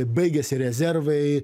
baigiasi rezervai